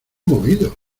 movido